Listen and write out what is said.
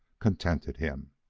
contented him.